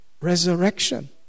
resurrection